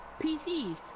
PCs